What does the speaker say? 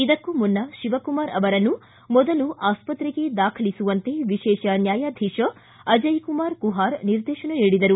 ಇದಕ್ಕೂ ಮುನ್ನ ಶಿವಕುಮಾರ್ ಅವರನ್ನು ಮೊದಲು ಆಸ್ವತ್ರೆಗೆ ದಾಖಲಿಸುವಂತೆ ವಿಶೇಷ ನ್ವಾಯಾಧೀತ ಅಜಯ್ ಕುಮಾರ್ ಕುಹಾರ್ ನಿರ್ದೇತನ ನೀಡಿದರು